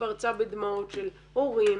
התפרצה בדמעות של הורים